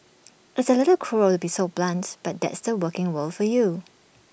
it's A little cruel to be so blunt but that's the working world for you